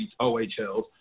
OHLs